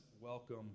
welcome